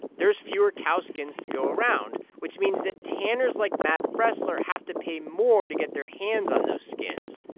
there's fewer cow skins to go around, which means that tanners, like matt bressler, have to pay more to get their hands on those skins.